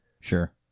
Sure